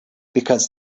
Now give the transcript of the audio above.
because